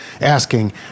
asking